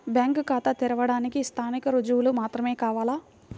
Bank ఖాతా తెరవడానికి స్థానిక రుజువులు మాత్రమే కావాలా?